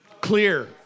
Clear